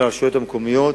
של הרשויות המקומיות,